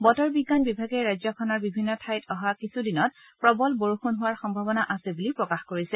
বতৰ বিজ্ঞান বিভাগে ৰাজ্যখনৰ বিভিন্ন ঠাইত অহা কিছুদিনত প্ৰৱল বৰষুণ হোৱাৰ সম্ভাৱনা আছে বুলি প্ৰকাশ কৰিছে